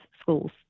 schools